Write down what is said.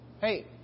Hey